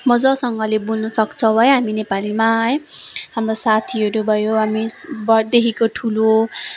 मज्जासँगले बोल्न सक्छौँ है हामी नेपालीमा है हाम्रो साथीहरू भयो हामीदेखिको ठुलो